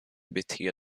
beter